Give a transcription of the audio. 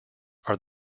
are